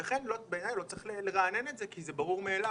לכן בעיניי לא צריך לרענן את זה כי זה ברור מאליו.